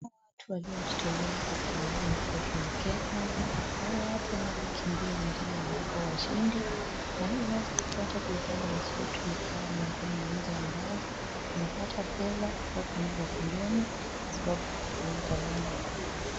Watu waliojitolea kukimbilia nchi yetu ya Kenya na hawa watu wanapokimbia wengine huibuka washindi na hii inaweza ata kuifanya nchi yetu ikawa miongoni mwa nchi ambazo inapata favour kutoka nchi ya kigeni kwa sababu ya kutumia talanta inavyofaa.